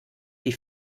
die